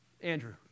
Andrew